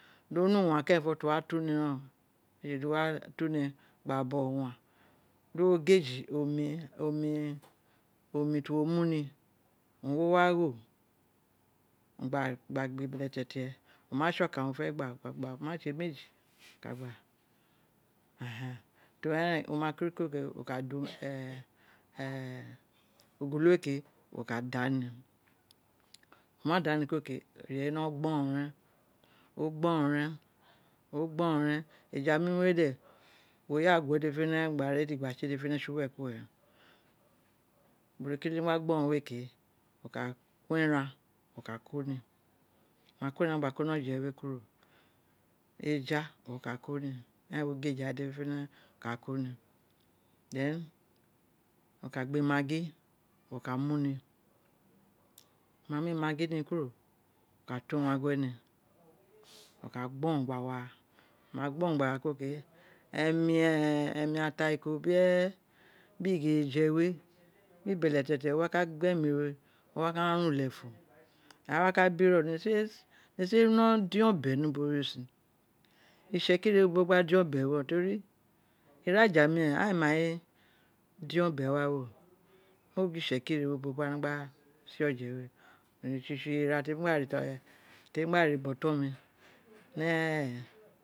Do ne uwan keren ti wo wa tu ni ren o ee tse ti wo wa tu ni gba bogho uwan di wo gadge omi oni omi ti wo mu ni owun wo walo gbbu gba ibeletete o ma tse okan wo fe gba wo ka gba o na tse meji ka gba teri eren we oma ku wo ka da omi ogolo we ke wi ka da ni wo na da kuno ke omeji we wino gborou ren o gborou ren o gborou re o gborou ren eja mii we de wo ya ghe dede fene fene gba gba tse dede fene fene tsi uwerel mu biri kiti ma we ke o ka ko eran ko ni o ma ko eran gba ko ni oje we kuro eju eja wo ka koni ira eren wo gwe eje we dede fene fene wo ka ko ni than wo ka gba imaggi wo ka mu ni wo ma mu maggi ni kuro wo ka to uwagie ni ola gborou gba wo ara oma gborou gba wo ara kuro ke emi ataiko biri e biri ighereje we biri beletete wo wa ka gbo emi no o wa ka ma lefun a wa ka biri nesin dion obe ni ubo we sin itsekiri ne ubowe gba dion be we teri ira ja miren aghan ee mai dion be wa we mo ro gin itsekiri re ini ubowe gbano gba se oje we tsi its ira demi gba re ubo oton mi ne